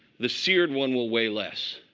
the seared one will weigh less.